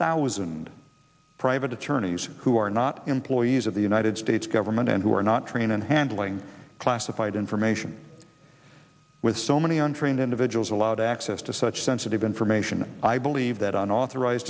thousand private attorneys who are not employees of the united states government and who are not trained in handling classified information with so many untrained individuals allowed access to such sensitive information i believe that unauthorize